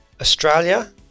Australia